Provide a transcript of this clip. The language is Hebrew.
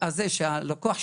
את זה הוביל מאיר